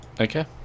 Okay